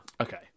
Okay